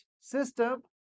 system